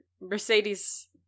Mercedes